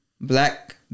Black